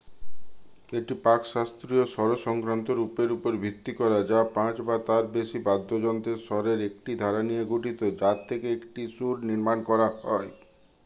এটি প্রাক শাস্ত্রীয় স্বরসংক্রান্ত রুপের উপর ভিত্তি করা যা পাঁচ বা তার বেশি বাদ্যযন্ত্রের স্বরের একটি ধারা নিয়ে গঠিত যার থেকে একটি সুর নির্মাণ করা হয়